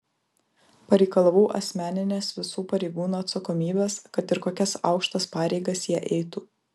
pareikalavau asmeninės visų pareigūnų atsakomybės kad ir kokias aukštas pareigas jie eitų